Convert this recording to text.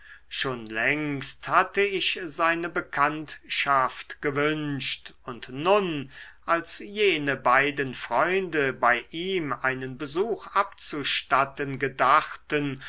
schon längst hatte ich seine bekanntschaft gewünscht und nun als jene beiden freunde bei ihm einen besuch abzustatten gedachten